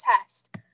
test